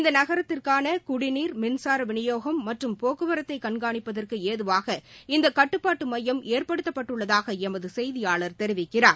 இந்த நகரத்திற்கான குடிநீர் மின்சார விநியோகம் மற்றும் போக்குவரத்து கண்காணிப்பதற்கு ஏதுவாக இந்த கட்டுப்பாட்டு மையம் ஏற்படுத்தப்பட்டுள்ளதாக எமது செய்தியாளர் தெரிவிக்கிறார்